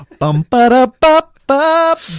bum bada bup bup